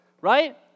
right